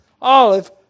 olive